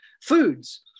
foods